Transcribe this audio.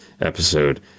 episode